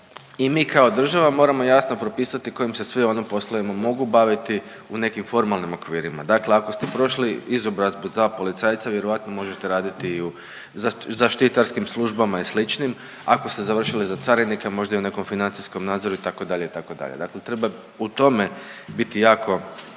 i mi kao država moramo jasno propisati kojim se sve oni poslovima mogu baviti u nekim formalnim okvirima. Dakle ako ste prošli izobrazbu za policajca, vjerojatno možete raditi i u zaštitarskim službama i sličnim, ako ste završili za carinika, možda i u nekom financijskom nadzoru itd., itd., dakle treba u tome biti jako